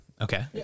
Okay